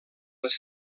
les